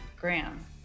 Graham